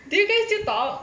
do you guys still talk